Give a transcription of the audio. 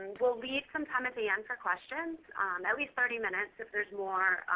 we'll leave some time at the end for questions at least thirty minutes. if there's more